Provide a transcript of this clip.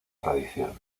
tradición